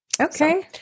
Okay